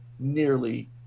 Nearly